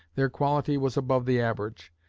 their quality was above the average.